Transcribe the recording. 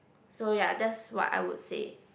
so ya that's what I would say